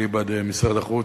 אליבא דמשרד החוץ,